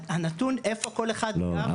הנתון איפה כל אחד לא,